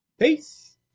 Peace